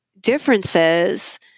differences